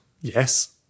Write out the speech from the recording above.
Yes